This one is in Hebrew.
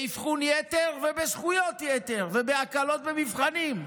באבחון יתר ובזכויות יתר ובהקלות במבחנים,